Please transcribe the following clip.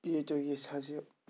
ییٚتہ حظ یہِ